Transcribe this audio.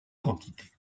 quantités